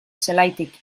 zelaitik